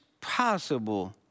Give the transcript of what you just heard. possible